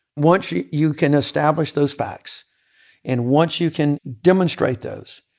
once you you can establish those facts and once you can demonstrate those,